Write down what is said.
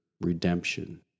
redemption